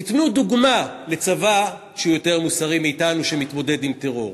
תנו דוגמה לצבא שהוא יותר מוסרי מאתנו שמתמודד עם טרור,